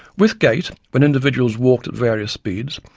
with gait, when individuals walked at various speeds,